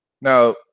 Now